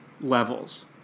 levels